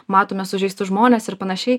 matome sužeistus žmones ir panašiai